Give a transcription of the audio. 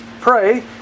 Pray